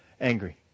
angry